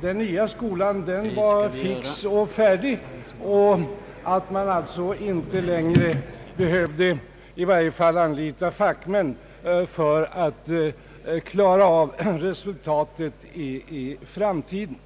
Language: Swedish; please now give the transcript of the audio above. den nya skolan var fix och färdig och att man alltså inte längre behövde anlita fackmän för att nå resultat i framtiden.